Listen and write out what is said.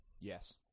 Yes